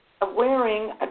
wearing